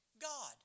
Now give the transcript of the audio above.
God